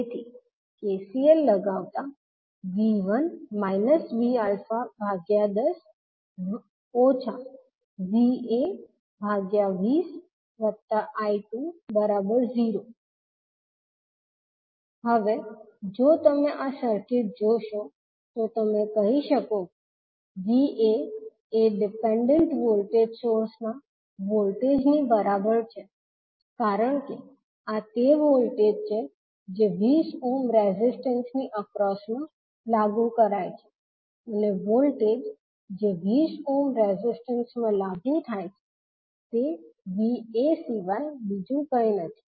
તેથી KCL લગાવતા V1 Va10 Va20I20 હવે જો તમે આ સર્કિટ જોશો તો તમે કહી શકો કે Va એ ડિપેન્ડન્ટ વોલ્ટેજ સોર્સના વોલ્ટેજની બરાબર છે કારણ કે આ તે વોલ્ટેજ છે જે 20 ઓહ્મ રેઝિસ્ટન્સની એક્રોસ મા લાગુ કરાય છે અને વોલ્ટેજ જે 20 ઓહ્મ રેઝિસ્ટન્સમાં લાગુ થાય છે તે Va સિવાય બીજું કંઈ નથી